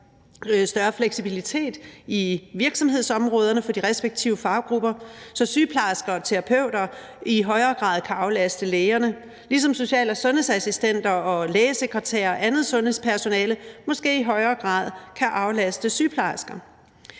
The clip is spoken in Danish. større fleksibilitet i virksomhedsområderne for de respektive faggrupper, så sygeplejersker og terapeuter i højere grad kan aflaste lægerne, ligesom social- og sundhedsassistenter, lægesekretærer og andet sundhedspersonale måske i højere grad kan aflaste sygeplejersker.